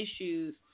issues